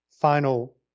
final